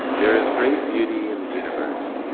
there is great beauty in the universe.